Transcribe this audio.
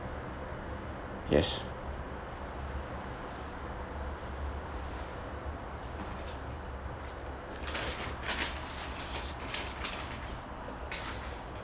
yes